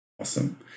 Awesome